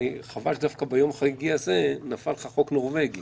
אני בטוח שעם הכישורים שיש לך כראש עירייה לשעבר אתה תצליח.